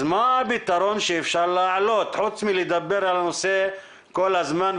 אז מה הפתרון שאפשר להעלות חוץ מלדבר על הנושא כל הזמן?